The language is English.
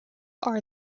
are